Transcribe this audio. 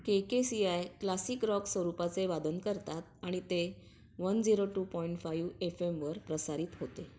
K K C I classic rock स्वरूपाचे वादन करतात आणि ते one zero two point five F एमवर प्रसारित होते